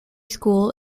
school